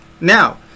Now